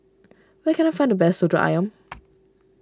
where can I find the best Soto Ayam